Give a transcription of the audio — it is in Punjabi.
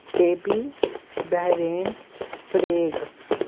ਟੇਬੀ ਬਹਿਰੇਨ ਪਰੇਗ